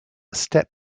step